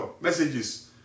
messages